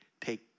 take